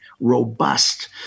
robust